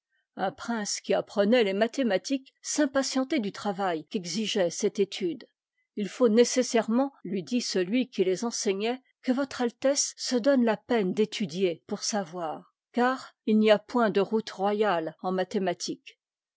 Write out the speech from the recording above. un prince qui apprenait les mathématiques s'impatientait du travail qu'exigeait cette étude h faut nécessairement lui dit celui qui les enseignait que votre altesse se donne la peine d'étudier pour savoir car il n'y a point de route royate en mathématiques